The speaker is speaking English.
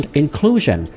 inclusion